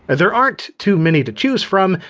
and there aren't too many to choose from,